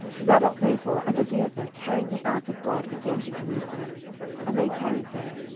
zadok therefore and abiathar carried the ark of god again to jerusalem and they tarried there.